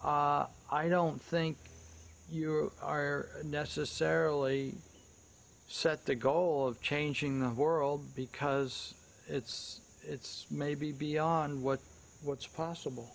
i don't think your are necessarily set the goal of changing the world because it's it's maybe beyond what what's possible